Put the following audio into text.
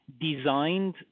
designed